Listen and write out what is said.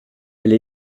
elle